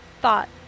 thought